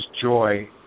joy